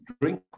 drink